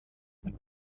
mit